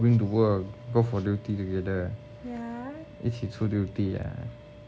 how to bring to work go for duty together ah 一起出 duty ah